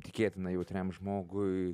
tikėtina jautriam žmogui